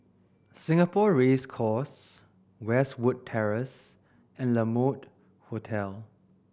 Singapore Race Course Westwood Terrace and La Mode Hotel